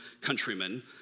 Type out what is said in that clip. countrymen